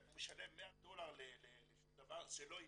הוא משלם 100 דולר לשום דבר, זה לא עיתון,